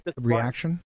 reaction